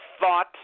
thought